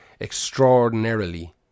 Extraordinarily